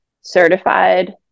certified